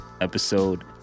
episode